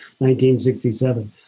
1967